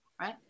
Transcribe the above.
Right